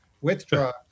Withdraw